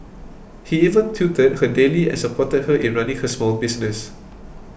he even tutored her daily and supported her in running her small business